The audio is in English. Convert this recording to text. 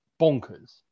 bonkers